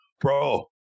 bro